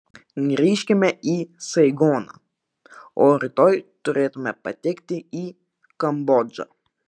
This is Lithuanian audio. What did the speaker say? grįžtame į saigoną o rytoj turėtume patekti į kambodžą